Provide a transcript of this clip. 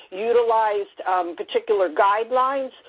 utilized particular guidelines,